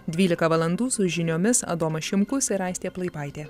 dvylika valandų su žiniomis adomas šimkus ir aistė plaipaitė